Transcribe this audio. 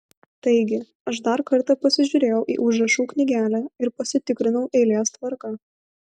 taigi aš dar kartą pasižiūrėjau į užrašų knygelę ir pasitikrinau eilės tvarką